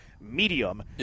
medium